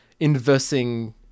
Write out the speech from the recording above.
inversing